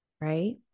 Right